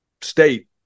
state